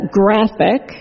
graphic